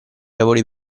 lavori